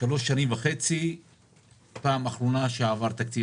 לפני שלוש שנים וחצי הייתה הפעם האחרונה שעבר תקציב.